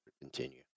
continue